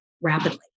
rapidly